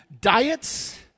diets